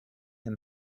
him